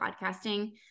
podcasting